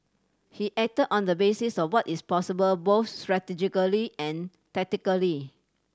he acted on the basis of what is possible both strategically and tactically